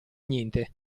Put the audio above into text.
niente